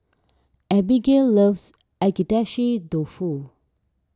Abbigail loves Agedashi Dofu